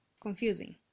Confusing